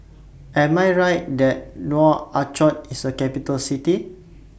Am I Right that Nouakchott IS A Capital City